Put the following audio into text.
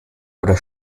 oder